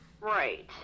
right